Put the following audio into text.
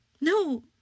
No